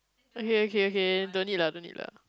okay okay okay don't need lah don't need lah